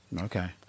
Okay